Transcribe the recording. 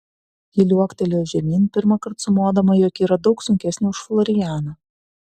ji liuoktelėjo žemyn pirmąkart sumodama jog yra daug sunkesnė už florianą